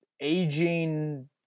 aging